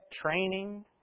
training